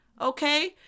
Okay